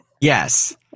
Yes